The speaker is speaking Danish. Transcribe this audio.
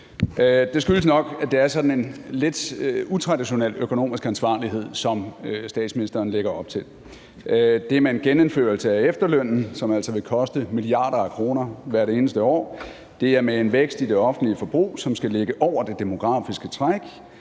Det skyldes nok, at det er en lidt utraditionel økonomisk ansvarlighed, som statsministeren lægger op til. Det er med en genindførelse af efterlønnen, som altså vil koste milliarder af kroner hvert eneste år; det er med en vækst i det offentlige forbrug, som skal ligge over det demografiske træk;